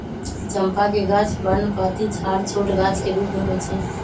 चंपा के गाछ पर्णपाती झाड़ छोट गाछ के रूप में होइ छइ